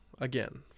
Again